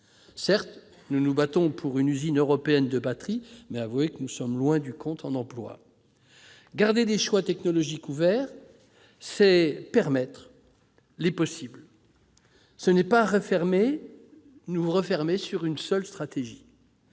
Certes, nous nous battons pour une usine européenne de batteries ; mais avouez que nous sommes loin du compte pour ce qui concerne l'emploi. Garder des choix technologiques ouverts, c'est préserver les possibles, c'est refuser de se refermer sur une seule stratégie,